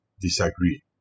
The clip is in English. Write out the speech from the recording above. disagree